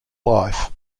life